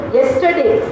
yesterday